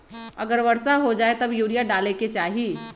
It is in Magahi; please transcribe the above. अगर वर्षा हो जाए तब यूरिया डाले के चाहि?